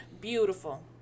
Beautiful